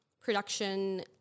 production